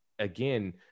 again